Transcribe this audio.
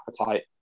appetite